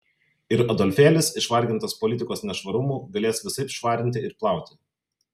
ir adolfėlis išvargintas politikos nešvarumų galės visaip švarinti ir plauti